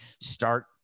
start